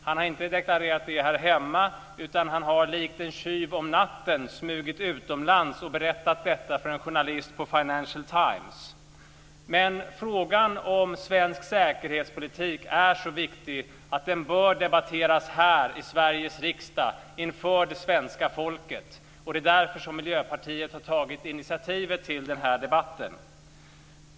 Han har inte deklarerat det här hemma, utan han har likt en tjuv om natten smugit utomlands och berättat det för en journalist på Frågan om svensk säkerhetspolitik är så viktig att den bör debatteras här i Sveriges riksdag inför det svenska folket. Det är därför som Miljöpartiet har tagit initiativet till den här debatten.